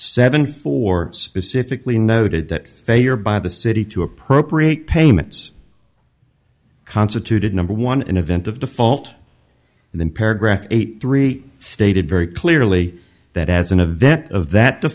seventy four specifically noted that failure by the city to appropriate payments constituted number one in event of default and then paragraph eight three stated very clearly that as an event of that